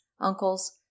uncles